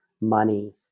money